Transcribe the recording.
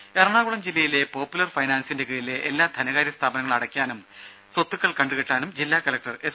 രുര എറണാകുളം ജില്ലയിലെ പോപ്പുലർ ഫൈനാൻസിന്റെ കീഴിലെ എല്ലാ ധനകാര്യ സ്ഥാപനങ്ങളും അടയ്ക്കാനും സ്വത്തുക്കൾ കണ്ടുകെട്ടാനും ജില്ലാ കലക്ടർ എസ്